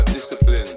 Discipline